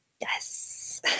Yes